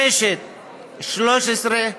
רשת, 13,